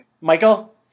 Michael